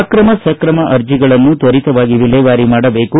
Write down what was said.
ಅಕ್ರಮ ಸಕ್ರಮ ಅರ್ಜಿಗಳನ್ನು ತ್ವರಿತವಾಗಿ ವಿಲೇವಾರಿ ಮಾಡಬೇಕು